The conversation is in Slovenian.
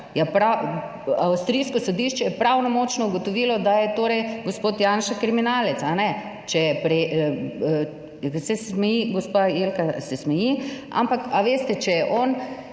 Avstrijsko sodišče je pravnomočno ugotovilo, da je torej gospod Janša kriminalec, če je…, se smeji gospa. Jelka, se smeji, ampak a veste, če je on